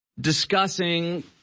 discussing